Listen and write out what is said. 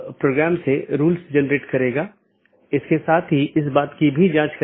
यह मूल रूप से स्केलेबिलिटी में समस्या पैदा करता है